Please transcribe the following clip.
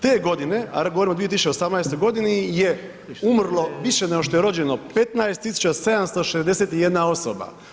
Te godine a govorim o 2018. g. je umrlo više nego što je rođeno, 15 761 osoba.